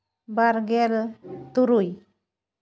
ᱵᱟᱨᱜᱮᱞ ᱛᱩᱨᱩᱭ